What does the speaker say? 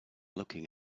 looking